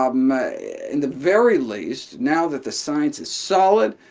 um and the very least, now that the science is solid,